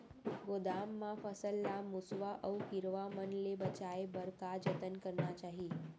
गोदाम मा फसल ला मुसवा अऊ कीरवा मन ले बचाये बर का जतन करना चाही?